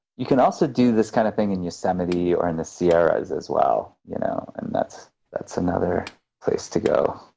you can also do this kind of thing in yosemite or in the sierras, as well. you know and that's that's another place to go.